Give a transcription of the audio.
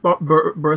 Birth